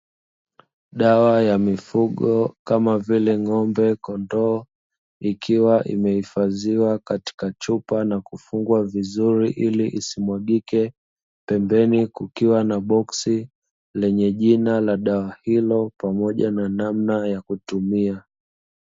Dawa ya mifugo kama vile kondoo na ng’ombe ikiwa imehifadhiwa katika chupa na kufungwa vizuri ili isimwagike. Pembeni kukiwa na boksi lenye jina la dawa hiyo pamoja na namna ya kutumia.